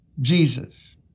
Jesus